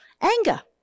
Anger